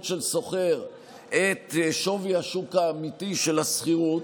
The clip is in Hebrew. של שוכר את שווי השוק האמיתי של השכירות,